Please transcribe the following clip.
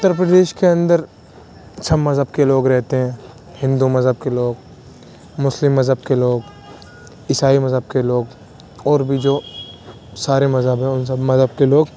اترپردیش کے اندر سب مذہب کے لوگ رہتے ہیں ہندو مذہب کے لوگ مسلم مذہب کے لوگ عیسائی مذہب کے لوگ اور بھی جو سارے مذہب ہیں ان سب مذہب کے لوگ